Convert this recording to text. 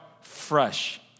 fresh